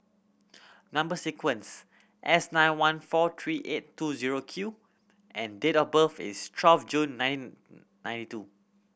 number sequence S nine one four three eight two zero Q and date of birth is twelve June nine ninety two